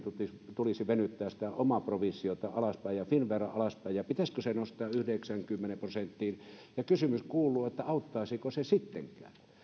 tulisi venyttää omaa provisiotaan alaspäin ja finnveran alaspäin ja pitäisikö se nostaa yhdeksäänkymmeneen prosenttiin kysymys kuuluu auttaisiko se